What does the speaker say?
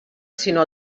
sinó